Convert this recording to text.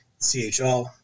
CHL